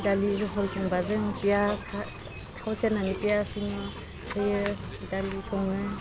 दालि जहल संबा जों पियास थाव सेरनानै पियास होयो होयो दालि सङो